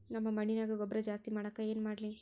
ನಮ್ಮ ಮಣ್ಣಿನ್ಯಾಗ ಗೊಬ್ರಾ ಜಾಸ್ತಿ ಮಾಡಾಕ ಏನ್ ಮಾಡ್ಲಿ?